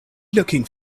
looking